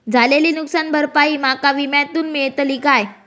झालेली नुकसान भरपाई माका विम्यातून मेळतली काय?